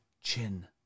chin